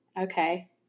Okay